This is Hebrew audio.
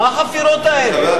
באמת?